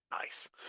Nice